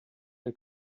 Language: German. der